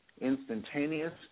instantaneous